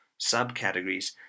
subcategories